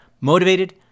motivated